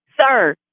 Sir